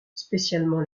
spécialement